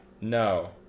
No